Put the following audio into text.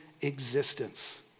existence